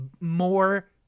more